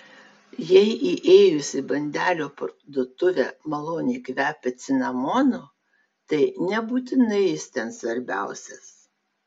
jei įėjus į bandelių parduotuvę maloniai kvepia cinamonu tai nebūtinai jis ten svarbiausias